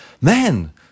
man